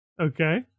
Okay